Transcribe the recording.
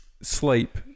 Sleep